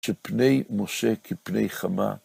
שפני משה כפני חמה.